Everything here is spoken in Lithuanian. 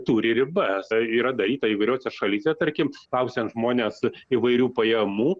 turi ribas y yra daryta įvairiose šalyse tarkim klausiant žmones įvairių pajamų